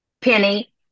Penny